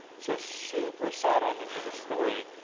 so super sad ending to the story.